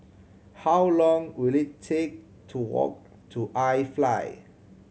how long will it take to walk to I Fly